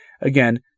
Again